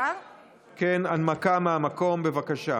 הנמקה מהמקום, בבקשה.